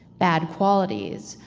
bad qualities.